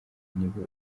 nibo